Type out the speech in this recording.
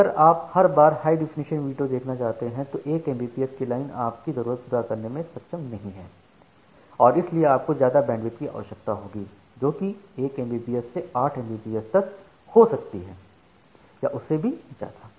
अगर आप हर बार हाई डेफिनेशन वीडियो देखना चाहते हैं तो 1 एमबीपीएस की लाइन आपकी जरूरत पूरा करने में सक्षम नहीं है और इसलिए आपको ज्यादा बैंडविड्थ की आवश्यकता होगी जोकि 1 एमबीपीएस से 8 एमबीपीएस तक हो सकती है या उससे भी ज्यादा